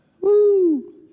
Woo